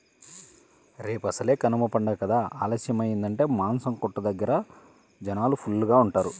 రేపసలే కనమ పండగ కదా ఆలస్యమయ్యిందంటే మాసం కొట్టు దగ్గర జనాలు ఫుల్లుగా ఉంటారు